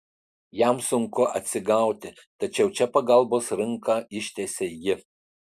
jam sunku atsigauti tačiau čia pagalbos ranką ištiesia ji